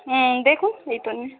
হুম দেখুন এটা নিয়ে